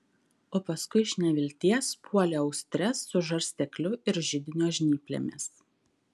o paskui iš nevilties puolė austres su žarstekliu ir židinio žnyplėmis